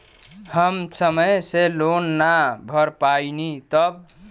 हम समय से लोन ना भर पईनी तब?